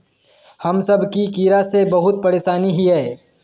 हम सब की कीड़ा से बहुत परेशान हिये?